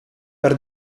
per